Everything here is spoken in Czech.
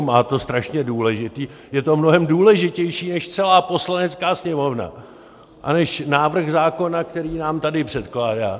Má to strašně důležité, je to mnohem důležitější než celá Poslanecká sněmovna a než návrh zákona, který nám tady předkládá.